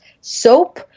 soap